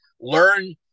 Learn